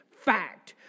Fact